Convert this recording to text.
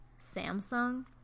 Samsung